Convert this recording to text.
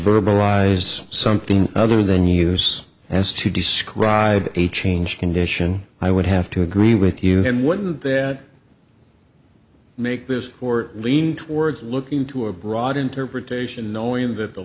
verbalize something other then use as to describe a change condition i would have to agree with you then wouldn't that make this or lean towards look into a broad interpretation all you that the